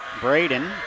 Braden